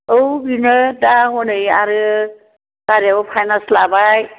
औ बेनो दा हनै आरो गारियाबो फाइनेन्स लाबाय